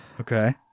Okay